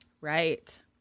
Right